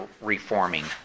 reforming